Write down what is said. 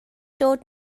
dod